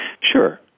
Sure